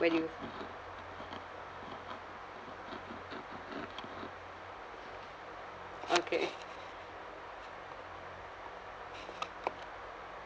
where do you okay